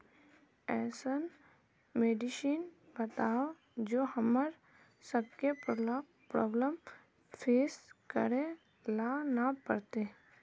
ऐसन मेडिसिन बताओ जो हम्मर सबके प्रॉब्लम फेस करे ला ना पड़ते?